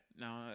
No